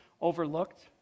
overlooked